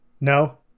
No